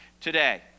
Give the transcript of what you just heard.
Today